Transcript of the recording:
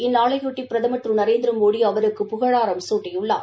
இந்நாளையொட்டி பிரதமர் திரு நரேந்திரமோடி அவருக்கு புகாழாரம் சூட்டியுள்ளார்